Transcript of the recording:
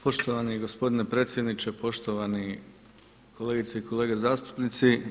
Poštovani gospodine predsjedniče, poštovani kolegice i kolege zastupnici.